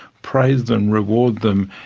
praise them, reward them,